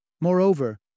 Moreover